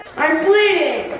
i'm bleeding.